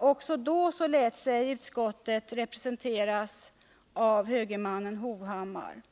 Också då lät sig utskottet representeras av högermannen Erik Hovhammar.